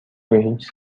هیچ